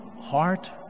heart